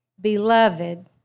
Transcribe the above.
Beloved